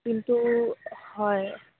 কিন্তু হয়